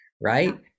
right